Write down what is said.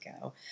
go